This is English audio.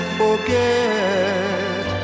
forget